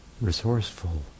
resourceful